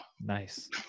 Nice